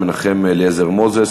מנחם אליעזר מוזס,